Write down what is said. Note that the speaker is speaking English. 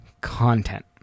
content